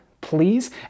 please